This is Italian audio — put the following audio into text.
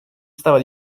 stava